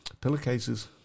pillowcases